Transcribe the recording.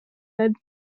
bed